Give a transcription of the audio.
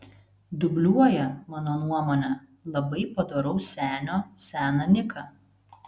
dubliuoja mano nuomone labai padoraus senio seną niką